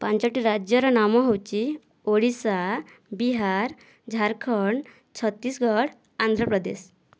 ପାଞ୍ଚଟି ରାଜ୍ୟର ନାମ ହେଉଛି ଓଡ଼ିଶା ବିହାର ଝାରଖଣ୍ଡ ଛତିଶଗଡ଼ ଆନ୍ଧ୍ରପ୍ରଦେଶ